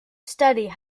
study